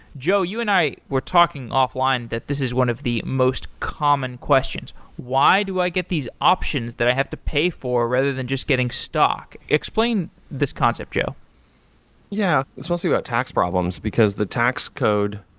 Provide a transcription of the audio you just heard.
joe, you and i were talking offline that this is one of the most common questions. why do i get these options that i have to pay for rather than just getting stock? explain this concept, joe yeah, it's mostly about tax problems, because the tax code,